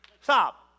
Stop